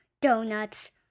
Donuts